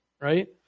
Right